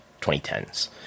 2010s